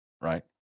right